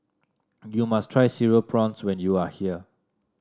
you must try Cereal Prawns when you are here